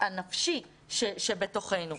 הנפשי שבתוכנו.